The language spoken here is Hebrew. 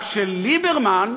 רק שליברמן,